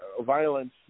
violence